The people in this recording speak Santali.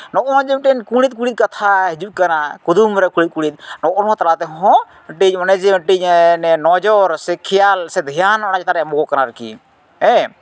ᱱᱚᱜᱼᱚᱭ ᱡᱮ ᱠᱩᱬᱤᱫ ᱠᱩᱬᱤᱫ ᱠᱟᱛᱷᱟ ᱦᱤᱡᱩᱜ ᱠᱟᱱᱟ ᱠᱩᱫᱩᱢ ᱨᱮ ᱠᱩᱬᱤᱫ ᱠᱩᱬᱤᱫ ᱱᱚᱜᱼᱚ ᱱᱚᱣᱟ ᱛᱟᱞᱟ ᱛᱮᱦᱚᱸ ᱚᱱᱮ ᱡᱮ ᱢᱤᱫᱴᱤᱡ ᱱᱚᱡᱚᱨ ᱥᱮ ᱠᱷᱮᱭᱟᱞ ᱫᱷᱮᱭᱟᱱ ᱱᱚᱣᱟ ᱪᱮᱛᱟᱱ ᱨᱮ ᱮᱢᱚᱜᱜ ᱠᱟᱱᱟ ᱟᱨᱠᱤ ᱦᱮᱸ